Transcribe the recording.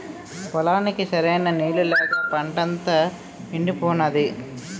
పొలానికి సరైన నీళ్ళు లేక పంటంతా యెండిపోనాది